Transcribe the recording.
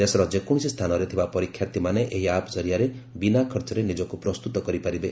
ଦେଶର ଯେକୌଣସି ସ୍ଥାନରେ ଥିବା ପରୀକ୍ଷାର୍ଥୀମାନେ ଏହି ଆପ୍ ଜରିଆରେ ବିନା ଖର୍ଚ୍ଚରେ ନିଜକୁ ପ୍ରସ୍ତୁତ କରିପାରିବେ